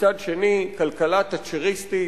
בצד שני כלכלה תאצ'ריסטית,